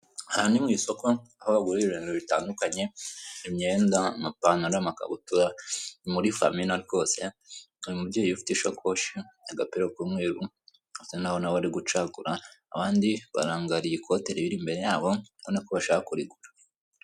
Aha ni mu isoko aho bagurira ibintu bitandukanye imyenda, amapantalo, amakabutura ni muri famina rwose, hari umubyeyi ufite ishakoshi agapira k'umweru asa naho nawe ari gucakura, abandi barangariye ikote riri imbere yabo ubona ko bashaka kurigura.